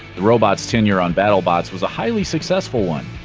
the robot's tenure on battlebots was a highly successful one.